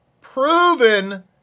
proven